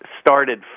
started